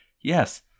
yes